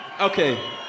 okay